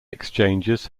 exchanges